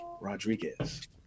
rodriguez